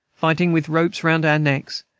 fighting with ropes round our necks,